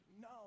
No